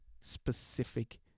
specific